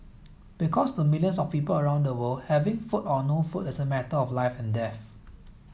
because to millions of people around the world having food or no food is a matter of life and death